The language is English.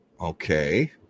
Okay